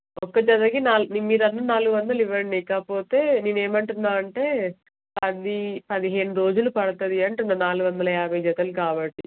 ఒక్క జతకి నాలుగు మీరు అన్న నాలుగు వందలు ఇవ్వండి కాకపోతే నేనేమంటున్నాను అంటే పది పదిహేను రోజులు పడుతుంది అంటున్నాను నాలుగు వందల యాభై జతలు కాబట్టి